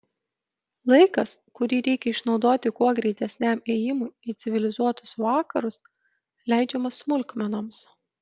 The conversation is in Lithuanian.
laikas kurį reikia išnaudoti kuo greitesniam ėjimui į civilizuotus vakarus leidžiamas smulkmenoms